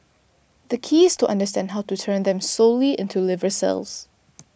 the key is to understand how to turn them solely into liver cells